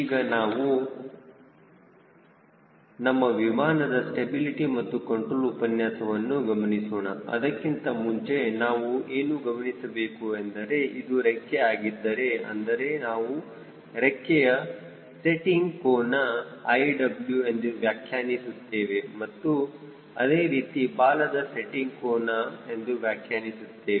ಈಗ ನಾವು ನಮ್ಮ ವಿಮಾನದ ಸ್ಟೆಬಿಲಿಟಿ ಮತ್ತು ಕಂಟ್ರೋಲ್ ಉಪನ್ಯಾಸವನ್ನು ಗಮನಿಸೋಣ ಅದಕ್ಕಿಂತ ಮುಂಚೆ ನಾವು ಇನ್ನು ಗಮನಿಸಬೇಕು ಎಂದರೆ ಇದು ರೆಕ್ಕೆ ಆಗಿದ್ದರೆ ಅಂದರೆ ನಾವು ರೆಕ್ಕೆಯ ಸೆಟ್ಟಿಂಗ್ ಕೋನ iw ಎಂದು ವ್ಯಾಖ್ಯಾನಿಸುತ್ತೇವೆ ಮತ್ತು ಅದೇ ರೀತಿ ಬಾಲದ ಸೆಟ್ಟಿಂಗ್ ಕೋನ ಎಂದು ವ್ಯಾಖ್ಯಾನಿಸುತ್ತೇವೆ